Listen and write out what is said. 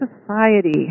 society